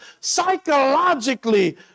psychologically